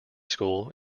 school